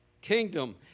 Kingdom